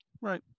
Right